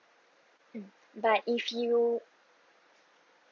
but if you